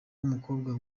w’umukobwa